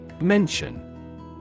Mention